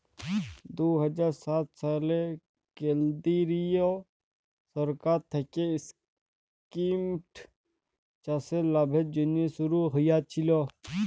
দু হাজার সাত সালে কেলদিরিয় সরকার থ্যাইকে ইস্কিমট চাষের লাভের জ্যনহে শুরু হইয়েছিল